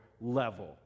level